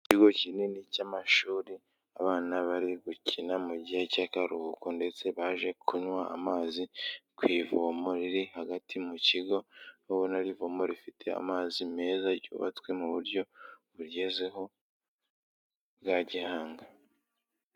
Ikigo kinini cy'amashuri, abana bari gukina mu gihe cy'akaruhuko ndetse baje kunywa amazi ku ivomo riri hagati mu kigo, ubona ari ivomo rifite amazi meza ryubatswe mu buryo bugezeho bwa gihanga.